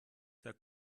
der